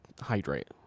hydrate